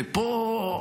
ופה,